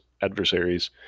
adversaries